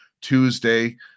Tuesday